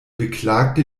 beklagte